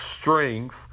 strength